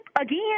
again